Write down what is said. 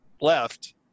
left